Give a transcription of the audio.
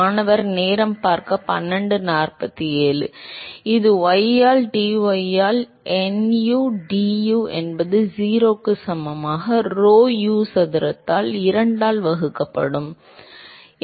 மாணவர் இது y இல் dy ஆல் nu du என்பது 0 க்கு சமமாக rho U சதுரத்தால் 2 ஆல் வகுக்கப்படும் வலது